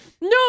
No